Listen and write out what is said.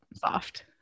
soft